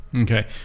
Okay